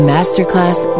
Masterclass